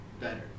better